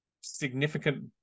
significant